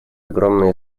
огромные